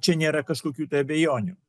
čia nėra kažkokių tai abejonių